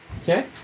Okay